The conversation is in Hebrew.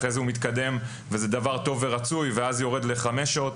ואחרי זה הוא מתקדם וזה דבר טוב ורצוי ואז הוא יורד לחמש שעות,